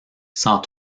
sans